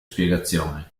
spiegazione